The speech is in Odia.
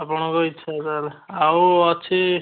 ଆପଣଙ୍କ ଇଚ୍ଛା ଆଉ ଅଛି